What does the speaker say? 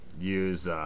use